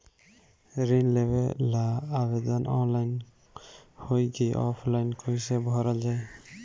ऋण लेवेला आवेदन ऑनलाइन होई की ऑफलाइन कइसे भरल जाई?